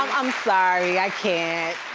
i'm sorry, i can't,